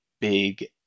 big